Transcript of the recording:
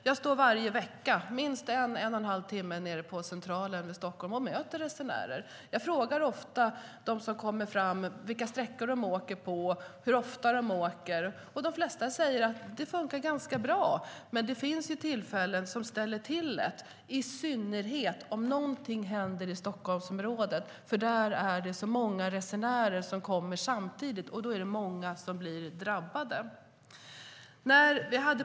Jag står varje vecka minst en eller en och en halv timme nere på Centralen i Stockholm och möter resenärer. Jag frågar ofta de som kommer fram vilka sträckor de åker på och hur ofta de åker. De flesta säger att det fungerar ganska bara. Men det finns ju tillfällen som ställer till det, i synnerhet om något händer i Stockholmsområdet, för där är det så många resenärer som kommer samtidigt, och då är det många som blir drabbade.